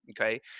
okay